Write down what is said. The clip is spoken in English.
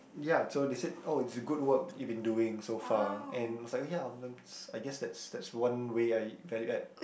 ya so they said oh it's a good work you've been doing so far and I was like oh ya I'm like I guess that's that's one way I value add